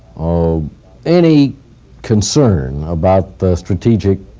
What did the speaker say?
um any concern about the strategic